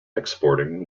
exporting